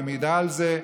והיא מעידה על זה.